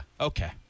Okay